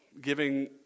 giving